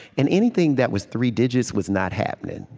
and anything that was three digits was not happening.